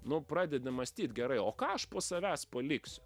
nu pradedi mąstyt gerai o ką aš po savęs paliksiu